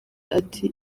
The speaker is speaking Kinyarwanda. ati